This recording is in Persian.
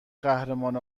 قهرمان